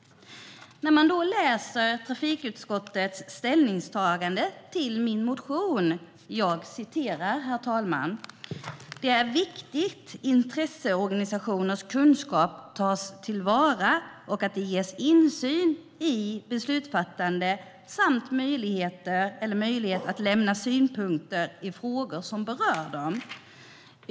Jag läser i utskottets ställningstagande till min motion: "Det är viktigt intresseorganisationers kunskap tas till vara och att de ges insyn i beslutsfattande samt möjlighet att lämna synpunkter i frågor som berör dem.